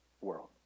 world